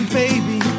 baby